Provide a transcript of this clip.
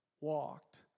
Walked